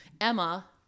Emma